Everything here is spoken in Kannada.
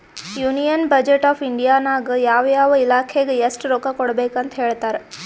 ಯೂನಿಯನ್ ಬಜೆಟ್ ಆಫ್ ಇಂಡಿಯಾ ನಾಗ್ ಯಾವ ಯಾವ ಇಲಾಖೆಗ್ ಎಸ್ಟ್ ರೊಕ್ಕಾ ಕೊಡ್ಬೇಕ್ ಅಂತ್ ಹೇಳ್ತಾರ್